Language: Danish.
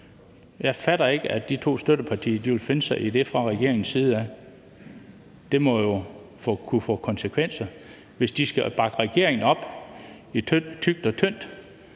Jeg fatter ikke, at de to støttepartier vil finde sig i det fra regeringens side af. Det må jo kunne få konsekvenser. Hvis de skal bakke regeringen op i tykt og tyndt,